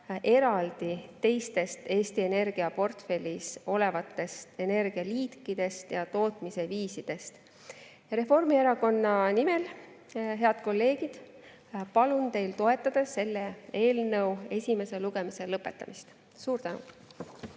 eraldi teistest Eesti energiaportfellis olevatest energialiikidest ja nende tootmise viisidest. Reformierakonna nimel, head kolleegid, palun teil toetada selle eelnõu esimese lugemise lõpetamist. Suur tänu!